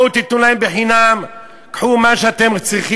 בואו תיתנו להם חינם, רק קחו מה שאתם צריכים.